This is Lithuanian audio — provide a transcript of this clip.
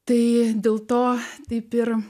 tai dėl to taip ir